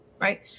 Right